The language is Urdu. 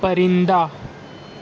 پرندہ